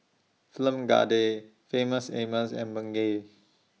Film Famous Amos and Bengay